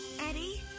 Eddie